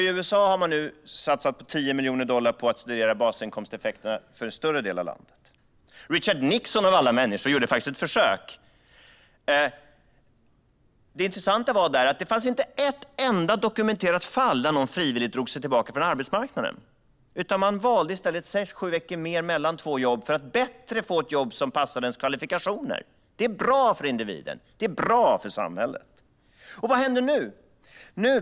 I USA har man nu satsat 10 miljoner dollar på att studera basinkomsteffekterna för en större del av landet. Richard Nixon av alla människor gjorde faktiskt ett försök. Det intressanta då var att det inte fanns ett enda dokumenterat fall där någon frivilligt drog sig tillbaka från arbetsmarknaden. Man valde i stället sex sju veckors ledighet mellan två jobb när man försökte hitta ett jobb som bättre passade ens kvalifikationer. Detta är bra för individen och för samhället. Vad händer nu?